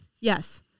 Yes